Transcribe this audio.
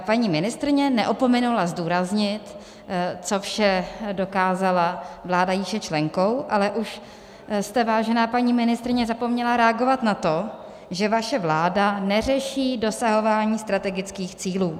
Paní ministryně neopomenula zdůraznit, co vše dokázala vláda, jejíž je členkou, ale už jste, vážená paní ministryně, zapomněla reagovat na to, že vaše vláda neřeší dosahování strategických cílů.